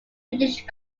british